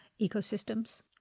ecosystems